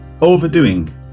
overdoing